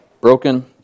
broken